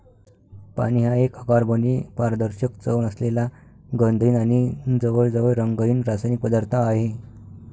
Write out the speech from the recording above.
पाणी हा एक अकार्बनी, पारदर्शक, चव नसलेला, गंधहीन आणि जवळजवळ रंगहीन रासायनिक पदार्थ आहे